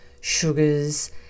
sugars